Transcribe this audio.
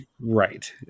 Right